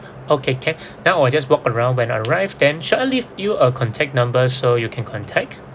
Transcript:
okay can then I will just walk around when I arrived then shall I leave you a contact number so you can contact